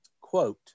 quote